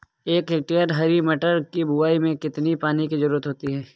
एक हेक्टेयर हरी मटर की बुवाई में कितनी पानी की ज़रुरत होती है?